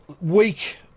week